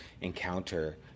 encounter